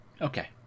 okay